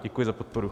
Děkuji za podporu.